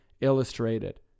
Illustrated